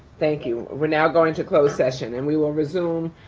thank you. we're now going into closed session and we will resume